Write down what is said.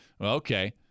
okay